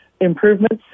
improvements